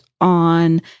on